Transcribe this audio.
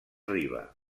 riba